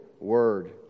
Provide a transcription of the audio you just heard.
word